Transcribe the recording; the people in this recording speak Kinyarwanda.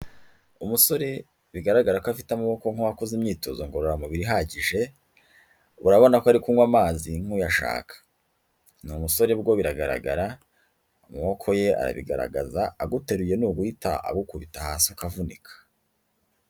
Umusore bigaragara ko afite amaboko nk'uwakoze imyitozo ngororamubiri ihagije, urabona ko ari kunywa amazi nk'uyashaka, ni umusore bwo biragaragara, amaboko ye arabigaragaza, aguteruye ni uguhita agukubita hasi ukavunika.